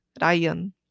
Ryan